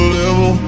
level